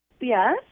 Yes